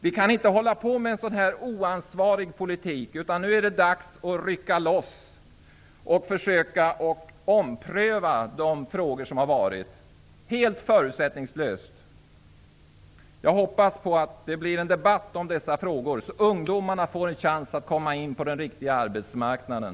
Vi kan inte fortsätta att föra en så oansvarig politik, utan det är nu dags att helt förutsättningslöst försöka ompröva förhållandena. Herr talman! Jag hoppas att det blir en debatt i dessa frågor som leder till att ungdomarna får en chans att komma in på den riktiga arbetsmarknaden.